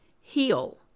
heal